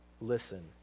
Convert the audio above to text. listen